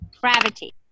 Gravity